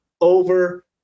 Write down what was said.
Over